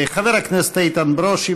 חבר הכנסת איתן ברושי,